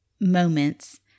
moments